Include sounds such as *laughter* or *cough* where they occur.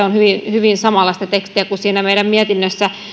*unintelligible* on hyvin samanlaista tekstiä kuin siinä meidän mietinnössämme